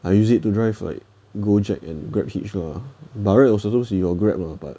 I use it to drive like Gojek and Grab hitch lah by right also is on Grab lah but